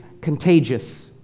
contagious